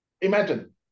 imagine